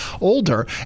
older